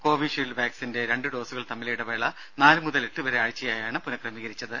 Covishield വാക്സിന്റെ രണ്ടു ഡോസുകൾ തമ്മിലെ ഇടവേള നാല്മുതൽ എട്ടുവരെ ആഴ്ചയായാണ് പുനക്രമീകരിച്ചത്